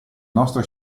nostra